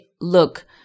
look